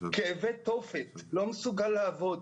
כאבי תופת ולא מסוגל לעבוד.